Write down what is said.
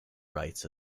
writes